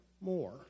more